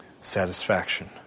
satisfaction